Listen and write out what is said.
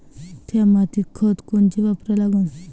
थ्या मातीत खतं कोनचे वापरा लागन?